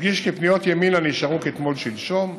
אדגיש כי פניות ימינה נשארו כתמול-שלשום.